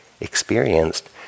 experienced